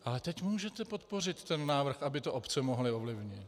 Ale teď můžete podpořit ten návrh, aby to obce mohly ovlivnit.